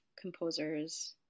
composers